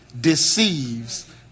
deceives